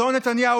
אדון נתניהו,